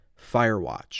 Firewatch